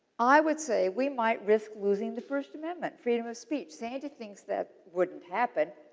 i would say we might risk losing the first amendment, freedom of speech. sandy thinks that wouldn't happen.